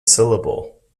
syllable